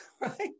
right